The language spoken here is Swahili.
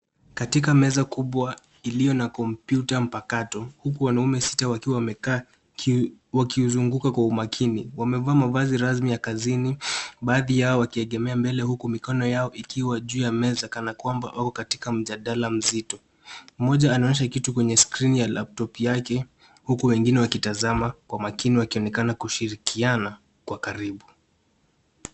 Katika meza kubwa iliyo na kompyuta mpakato, huku wanaume sita wakiwa wamekaa wakiuzunguka kwa umakini, wamevaa mavazi rasmi ya kazini, baadhi yao wakiegemea mbele huku mikono yao ikiwa juu ya meza kana kwamba wako katika mjadala mzito. Mmoja anaonyesha kitu kwenye skrini ya laptop yake huku wengine wakitazama kwa makini wakionekana kushirikiana kwa karibu.